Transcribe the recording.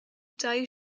dau